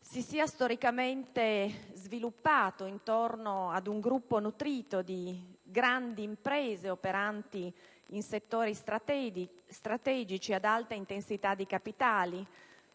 si è storicamente sviluppato intorno ad un gruppo nutrito di grandi imprese operanti in settori strategici e ad alta intensità di capitale,